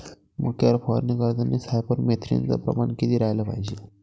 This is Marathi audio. मक्यावर फवारनी करतांनी सायफर मेथ्रीनचं प्रमान किती रायलं पायजे?